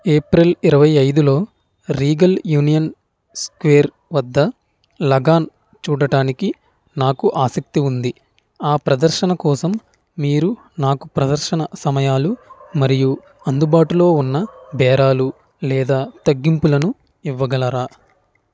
April ఇరవై ఐదులో Regal Union Square వద్ద లగాన్ చూడడానికి నాకు ఆసక్తి ఉంది ఆ ప్రదర్శన కోసం మీరు నాకు ప్రదర్శన సమయాలు మరియు అందుబాటులో ఉన్న బేరాలు లేదా తగ్గింపులను ఇవ్వగలరా